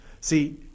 see